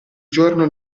giorno